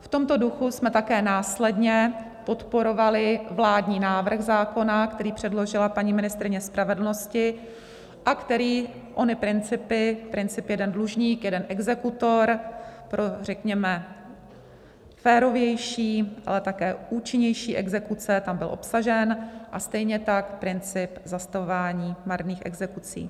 V tomto duchu jsme také následně podporovali vládní návrh zákona, který předložila paní ministryně spravedlnosti a který ony principy, princip jeden dlužník jeden exekutor, pro řekněme férovější, ale také účinnější exekuce tam byl obsažen, a stejně tak princip zastavování marných exekucí.